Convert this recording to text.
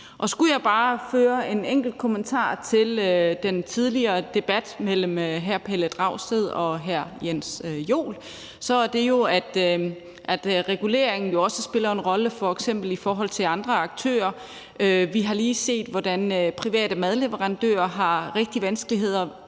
Skulle jeg bare føje en enkelt kommentar til den tidligere debat mellem hr. Pelle Dragsted og hr. Jens Joel, er det, at reguleringen jo også spiller en rolle, f.eks. i forhold til andre aktører. Vi har lige set, hvordan private madleverandører har det rigtig vanskeligt ved